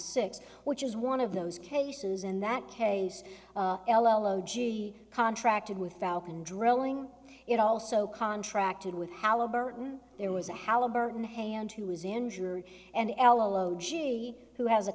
six which is one of those cases in that case contracted with falcon drilling it also contracted with halliburton there was a halliburton hand who was injured and l o g who has a